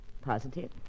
Positive